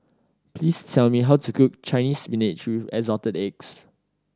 please tell me how to cook Chinese Spinach with Assorted Eggs